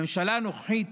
בממשלה הנוכחית,